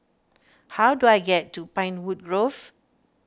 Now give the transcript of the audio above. how do I get to Pinewood Grove